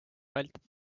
vältida